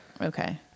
Okay